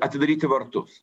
atidaryti vartus